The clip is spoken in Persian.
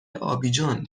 آبیجان